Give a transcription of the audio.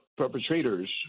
Perpetrators